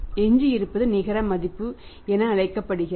எஞ்சியிருப்பது நிகர மதிப்பு என அழைக்கப்படுகிறது